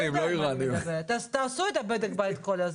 אנשים שנשארים במצב הזה אפילו שבוע,